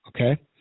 Okay